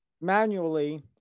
manually